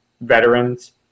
veterans